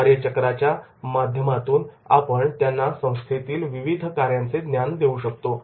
कार्यचक्राच्या माध्यमातून आपण त्यांना संस्थेतील विविध कार्याचे ज्ञान देऊ शकतो